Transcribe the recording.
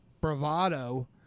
bravado